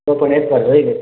તો પણ એકવાર જોઈ લઇએ